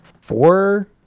four